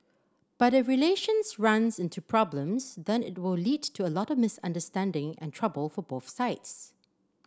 but if relations runs into problems then it will lead to a lot of misunderstanding and trouble for both sides